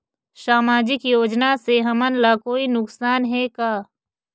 सामाजिक योजना से हमन ला कोई नुकसान हे का?